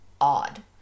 odd